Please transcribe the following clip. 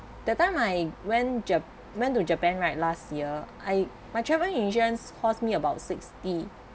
that time I went ja~ went to to japan right last year I my travel insurance cost me about sixty